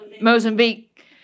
Mozambique